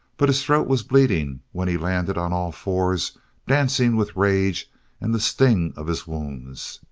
but his throat was bleeding when he landed on all fours dancing with rage and the sting of his wounds.